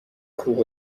کوه